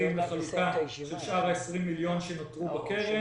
מהירים מאוד לחלוקה של שאר 20 המיליון שנותרו בקרן,